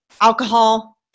alcohol